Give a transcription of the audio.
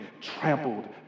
trampled